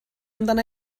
amdana